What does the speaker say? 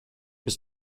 was